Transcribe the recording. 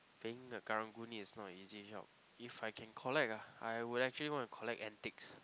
I think the Karang-Guni is not a easy job if I can collect ah I would actually want to collect antiques